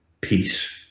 peace